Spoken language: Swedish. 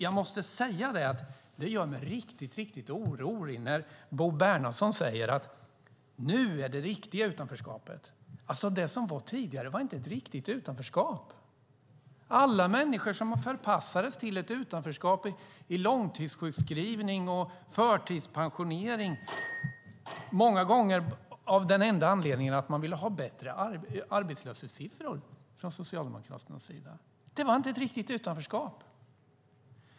Jag måste säga att det gör mig riktigt orolig när Bo Bernhardsson säger att det riktiga utanförskapet nu ökar. Det tidigare utanförskapet var alltså inte något riktigt utanförskap. Alla människor som förpassades till ett utanförskap i långtidssjukskrivning och förtidspensionering, många gånger av den enda anledningen att man från Socialdemokraternas sida ville ha bättre arbetslöshetssiffror, var alltså inte i ett riktigt utanförskap.